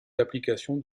d’application